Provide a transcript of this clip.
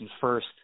first